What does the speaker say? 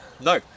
No